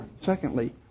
Secondly